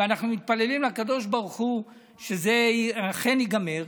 ואנחנו מתפללים לקדוש ברוך הוא שזה אכן ייגמר,